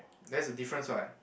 there's a difference what